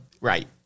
right